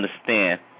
understand